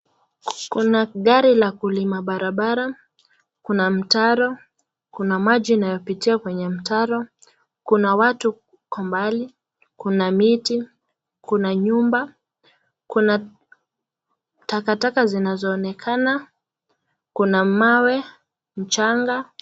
Kuna gari la kulima barabara, kuna mtaro, kuna maji inayopitia kwa mtaro, kuna watu kwa umbali, kuna miti, kuna nyumba, kuna takataka zinazo onekana kuna mawe mchanga.